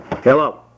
Hello